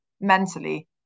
mentally